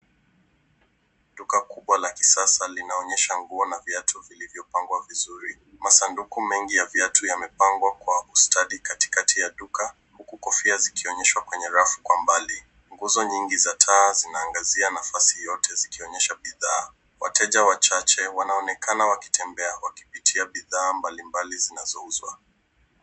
Duka kubwa la kisasa linaonyesha nguo na viatu vilivyopangwa vizuri. Masanduku mengi ya viatu yamepangwa kwa ustadi katikati ya duka, huku kofia zikionyeshwa kwenye rafu kwa mbali. Nguzo nyingi za taa zinaangazia nafasi yote zikionyesha bidhaa. Wateja wachache wanaonekana wakitembea wakipitia bidhaa mbalimbali zinazouzwa.